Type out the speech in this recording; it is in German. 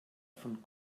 von